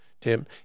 Tim